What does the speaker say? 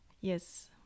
Yes